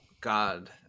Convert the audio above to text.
God